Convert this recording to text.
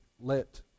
let